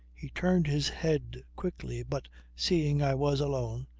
he turned his head quickly, but seeing i was alone,